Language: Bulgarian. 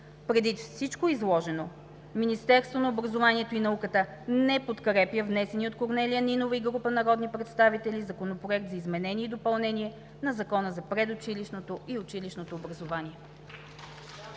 Предвид всичко изложено, Министерството на образованието и науката не подкрепя внесения от Корнелия Нинова и група народни представители Законопроект за изменение и допълнение на Закона за предучилищното и училищното образование.